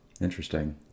Interesting